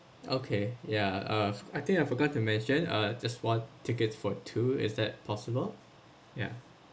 okay ya uh I think I forgot to mention uh just want tickets for two is that possible yeah